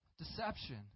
Deception